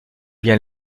bien